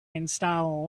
install